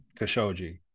Khashoggi